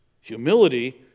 Humility